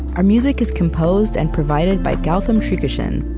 our music is composed and provided by gautam srikishan.